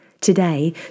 Today